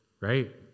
right